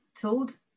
told